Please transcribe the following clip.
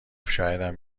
شایدم